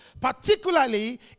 particularly